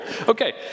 Okay